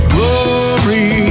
Glory